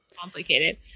Complicated